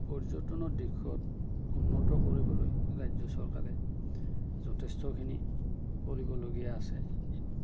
পৰ্যটনৰ দিশত উন্নত কৰিবলৈ ৰাজ্য চৰকাৰে যথেষ্টখিনি কৰিবলগীয়া আছে